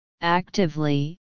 actively